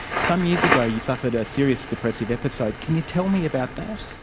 some years ago you suffered a serious depressive episode. can you tell me about that?